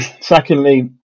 Secondly